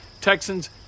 Texans